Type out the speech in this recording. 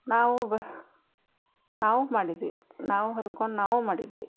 ನಾವು ನಾವೂ ಮಾಡಿದ್ವಿ ನಾವೂ ಹರ್ಕೊಂಡು ನಾವೂ ಮಾಡಿದ್ವಿ